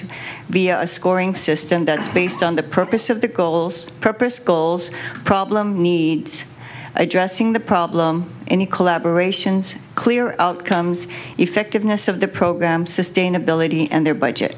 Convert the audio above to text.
scoring system that is based on the purpose of the goals purpose goals problem needs addressing the problem any collaboration's clear outcomes effectiveness of the program sustainability and their budget